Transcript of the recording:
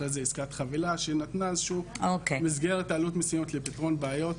אחרי זה עסקת חבילה שנתנה איזושהי מסגרת עלות מסוימת לפתרון בעיות.